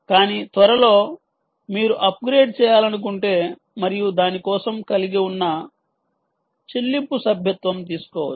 కానీ త్వరలో మీరు అప్గ్రేడ్ చేయాలనుకుంటే మరియు దాని కోసం కలిగి ఉన్న చెల్లింపు సభ్యత్వం తీసుకోవచ్చు